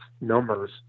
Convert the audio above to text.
numbers